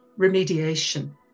remediation